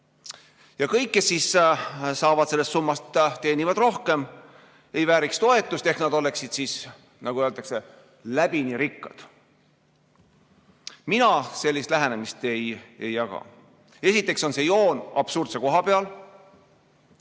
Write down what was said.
Ja kõik, kes saavad, teenivad sellest summast rohkem, ei vääriks toetust ehk nad oleksid siis, nagu öeldakse, läbini rikkad. Mina sellist lähenemist ei jaga. Esiteks on see joon absurdse koha peal.